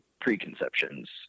preconceptions –